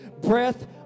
breath